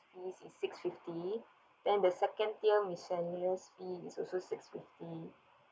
fee is six fifty then the second tier miscellaneous fee is also six fifty